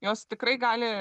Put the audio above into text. juos tikrai gali